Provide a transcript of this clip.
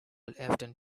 evident